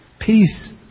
peace